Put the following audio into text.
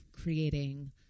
creating